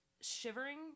shivering